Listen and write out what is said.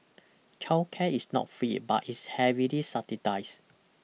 childcare is not free but is heavily subsidised